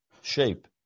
shape